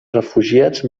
refugiats